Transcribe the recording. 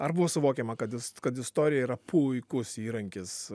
ar buvo suvokiama kad ist kad istorija yra puikus įrankis